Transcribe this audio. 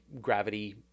gravity